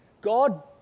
God